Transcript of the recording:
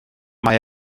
mae